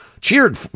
Cheered